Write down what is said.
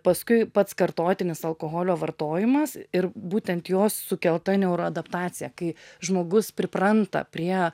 paskui pats kartotinis alkoholio vartojimas ir būtent jo sukelta neuro adaptacija kai žmogus pripranta prie